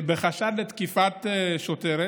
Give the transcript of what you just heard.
בחשד לתקיפת שוטרת.